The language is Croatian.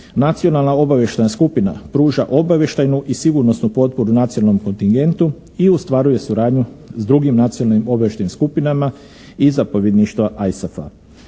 Nacionalna obavještajna skupina pruža obavještajnu i sigurnosnu potporu nacionalnom kontingentu i ostvaruje suradnje s drugim nacionalnim obavještajnim skupinama i zapovjedništva ISAF-a.